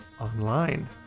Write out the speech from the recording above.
online